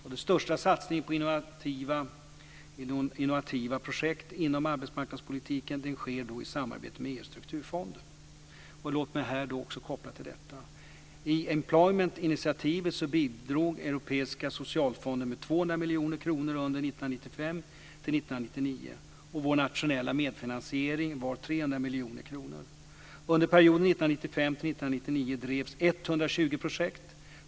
Den största satsningen på innovativa projekt inom arbetsmarknadspolitiken sker i samarbete med EU:s strukturfond. Låt mig här koppla till detta. I Employment miljoner kronor under 1995-1999. Vår nationella medfinansiering var 300 miljoner kronor. Under perioden 1995-1999 drevs 120 projekt.